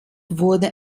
wurde